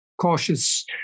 cautious